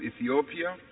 Ethiopia